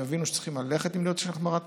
יבינו שצריכים ללכת עם החמרת